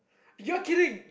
you're kidding